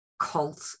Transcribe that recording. cult